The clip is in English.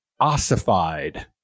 ossified